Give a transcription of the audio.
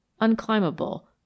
unclimbable